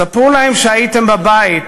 ספרו להם שהייתם בבית,